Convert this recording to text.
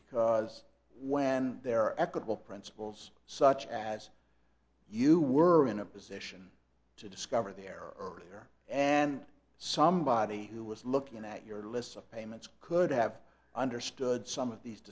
because when there equitable principles such as you were in a position to discover their earlier and somebody who was looking at your list of payments could have understood some of these